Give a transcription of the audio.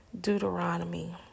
Deuteronomy